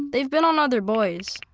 they've been on other boys.